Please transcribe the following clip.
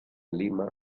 lima